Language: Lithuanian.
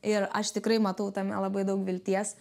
ir aš tikrai matau tame labai daug vilties